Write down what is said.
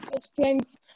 strength